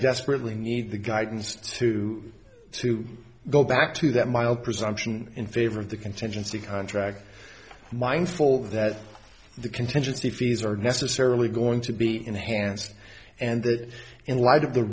desperately need the guidance to to go back to that mild presumption in favor of the contingency contract mindful that the contingency fees are necessarily going to be enhanced and that in light of the